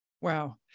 Wow